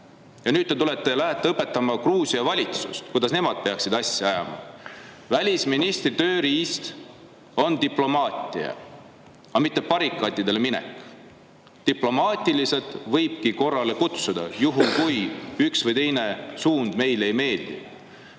Ja nüüd te lähete Gruusia valitsust õpetama, kuidas nemad peaksid asju ajama. Välisministri tööriist on diplomaatia, aga mitte barrikaadidele minek. Diplomaatiliselt võibki korrale kutsuda juhul, kui üks või teine suund meile ei meeldi.